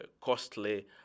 costly